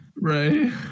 Right